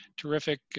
terrific